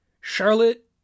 Charlotte